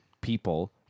people